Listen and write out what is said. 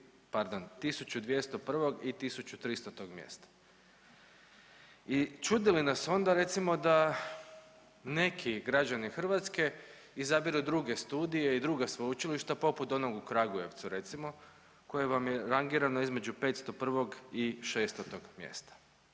pardon 1201 i 1300 mjesta. I čudi li nas onda recimo da neki građani Hrvatske izabiru druge studije i druga sveučilišta poput onog u Kragujevcu recimo koje vam je rangirano između 501 i 600 mjesta.